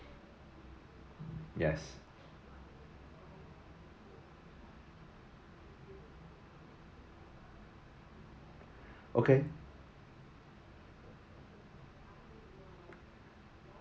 yes okay